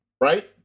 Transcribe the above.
right